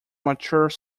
mature